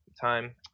time